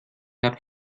hat